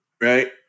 Right